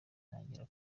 ntangira